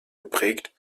geprägt